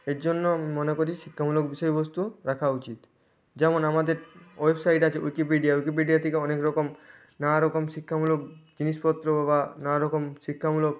এর জন্য আমি মনে করি শিক্ষামূলক বিষয়বস্তু রাখা উচিত যেমন আমাদের ওয়েবসাইট আছে উইকিপিডিয়া উইকিপিডিয়া থেকে অনেক রকম নানা রকম শিক্ষামূলক জিনিসপত্র বা নানা রকম শিক্ষামূলক